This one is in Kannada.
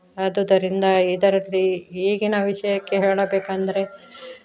ಆದುದರಿಂದ ಇದರಲ್ಲಿ ಈಗಿನ ವಿಷಯಕ್ಕೆ ಹೇಳಬೇಕೆಂದರೆ